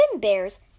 Bear's